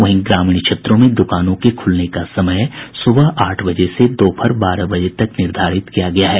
वहीं ग्रामीण क्षेत्रों में दुकानों के खुलने का समय सुबह आठ बजे से दोपहर बारह बजे तक निर्धारित किया गया है